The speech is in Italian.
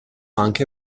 anche